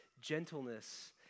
gentleness